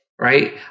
right